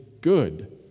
good